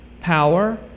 power